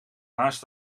naast